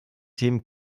themen